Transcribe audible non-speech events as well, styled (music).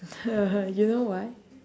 (laughs) you know why